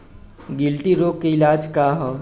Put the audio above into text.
गिल्टी रोग के इलाज का ह?